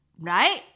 right